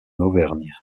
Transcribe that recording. auvergne